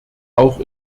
auch